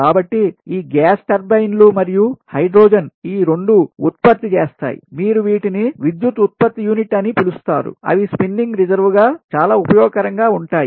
కాబట్టి ఈ గ్యాస్ టర్బైన్లు మరియు హైడ్రోజన్ ఈ 2 ఉత్పత్తిచేస్తాయి మీరు వీటిని విద్యుత్ ఉత్పత్తి యూనిట్ అని పిలుస్తారు అవి స్పిన్నింగ్ రిజర్వ్ గా చాలా ఉపయోగ కరంగా ఉంటాయి